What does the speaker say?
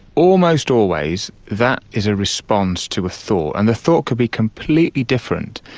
almost always that is a response to a thought, and the thought could be completely different.